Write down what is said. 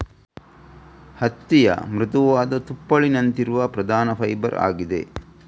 ಹತ್ತಿಯ ಮೃದುವಾದ ತುಪ್ಪಳಿನಂತಿರುವ ಪ್ರಧಾನ ಫೈಬರ್ ಆಗಿದೆ